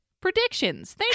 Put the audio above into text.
predictions